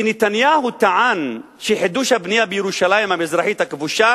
שנתניהו טען שחידוש הבנייה בירושלים המזרחית הכבושה